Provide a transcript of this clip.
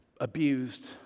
abused